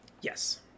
Yes